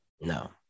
No